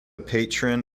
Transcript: patron